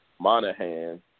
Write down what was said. Monahan